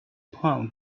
palm